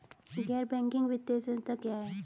गैर बैंकिंग वित्तीय संस्था क्या है?